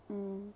mm